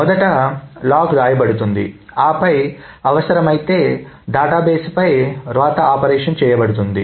మొదట లాగ్ వ్రాయబడుతుంది ఆపై అవసరమైతే డేటాబేస్ పై వ్రాత ఆపరేషన్ చేయబడుతుంది